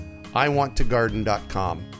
iwanttogarden.com